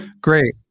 great